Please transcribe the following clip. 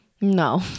no